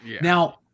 Now